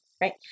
Right